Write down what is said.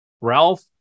Ralph